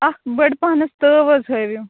اَکھ بٔڑپَہنَتھ تٲوحظ ہٲویٚو